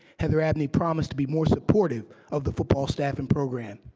heather abney promised to be more supportive of the football staff and program.